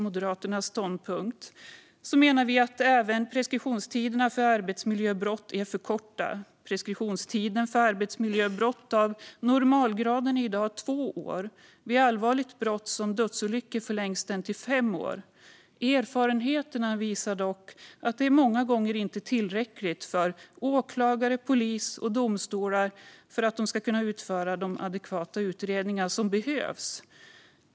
Moderaterna menar även att preskriptionstiderna för arbetsmiljöbrott är för korta. Preskriptionstiden för arbetsmiljöbrott av normalgraden är i dag två år. Vid allvarligt arbetsmiljöbrott som dödsolyckor förlängs den till fem år. Erfarenheterna visar dock att detta många gånger inte är tillräckligt för att åklagare, polis och domstolar ska kunna utföra de adekvata utredningar som behövs.